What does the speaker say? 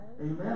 amen